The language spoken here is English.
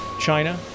China